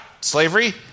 slavery